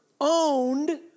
owned